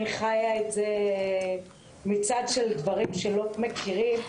אני חיה את זה גם מצד דברים שלא מכירים.